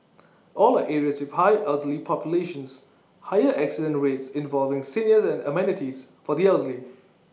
all are areas with high elderly populations higher accident rates involving seniors and amenities for the elderly